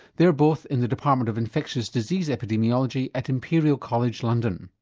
they're both in the department of infectious disease epidemiology at imperial college london.